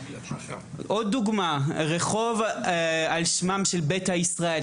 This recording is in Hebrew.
עוד דוגמה: רחוב על שמם של קהילת ביתא ישראל.